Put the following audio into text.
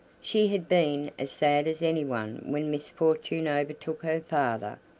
she had been as sad as anyone when misfortune overtook her father,